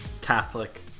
Catholic